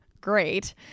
great